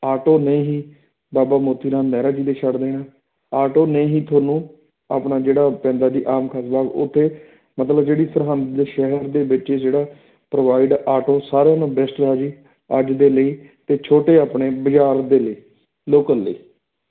auto ਨੇ ਹੀ ਬਾਬਾ ਮੋਤੀ ਰਾਮ ਮਹਿਰਾ ਜੀ ਦੇ ਛੱਡ ਦੇਣਾ ਆਟੋ ਨੇ ਹੀ ਤੁਹਾਨੂੰ ਆਪਣਾ ਜਿਹੜਾ ਪੈਂਦਾ ਜੀ ਆਮ ਖਾਸ ਬਾਗ ਉੱਥੇ ਮਤਲਬ ਜਿਹੜੀ ਸਰਹੰਦ ਸ਼ਹਿਰ ਦੇ ਵਿੱਚੋਂ ਜਿਹੜਾ ਪ੍ਰੋਵਾਈਡ ਆਟੋ ਸਾਰਿਆਂ ਨੂੰ ਬੈਸਟ ਆ ਜੀ ਅੱਜ ਦੇ ਲਈ ਅਤੇ ਛੋਟੇ ਆਪਣੇ ਬਜ਼ਾਰ ਦੇ ਲਈ ਲੋਕਲ ਲਈ